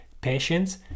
patience